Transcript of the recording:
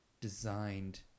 designed